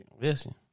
listen